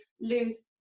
lose